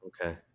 Okay